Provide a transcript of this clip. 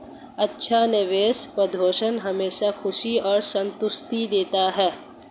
अच्छा निवेश प्रदर्शन हमेशा खुशी और संतुष्टि देता है